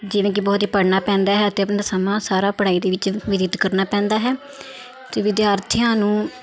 ਜਿਵੇਂ ਕਿ ਬਹੁਤ ਹੀ ਪੜ੍ਹਨਾ ਪੈਂਦਾ ਹੈ ਅਤੇ ਆਪਣਾ ਸਮਾਂ ਸਾਰਾ ਪੜ੍ਹਾਈ ਦੇ ਵਿੱਚ ਬਤੀਤ ਕਰਨਾ ਪੈਂਦਾ ਹੈ ਅਤੇ ਵਿਦਿਆਰਥੀਆਂ ਨੂੰ